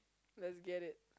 let's get it